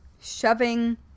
shoving